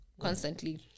constantly